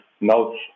notes